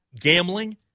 gambling